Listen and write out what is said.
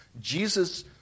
Jesus